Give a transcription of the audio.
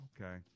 okay